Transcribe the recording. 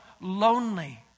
lonely